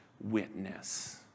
witness